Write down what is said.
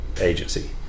agency